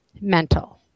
mental